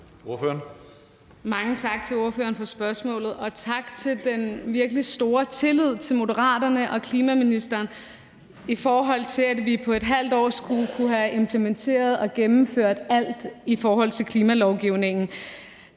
Mange tak til ordføreren for spørgsmålet, og tak for den virkelig store tillid til Moderaterne og til klimaministeren, i forhold til at vi på et halvt år skulle kunne have implementeret og gennemført alt i forhold til klimalovgivningen.